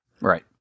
Right